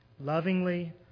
lovingly